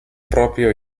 proprio